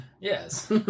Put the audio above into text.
Yes